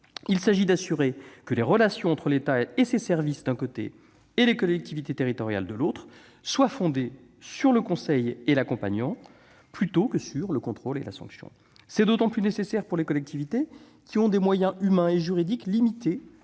Il s'agit d'assurer que les relations entre l'État et ses services, d'un côté, et les collectivités territoriales, de l'autre, soient fondées sur le conseil et l'accompagnement, plutôt que sur le contrôle et la sanction. C'est d'autant plus nécessaire pour les collectivités qui ont des moyens humains et juridiques limités,